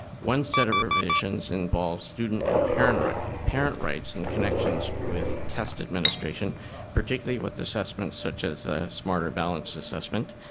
one set of revisions involves student and parent parent rights in connection with test administration particularly with assessments such as smarter balance assessments,